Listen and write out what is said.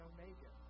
Omega